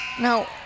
Now